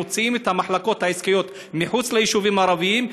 מוציאים את המחלקות העסקיות מחוץ ליישובים הערביים,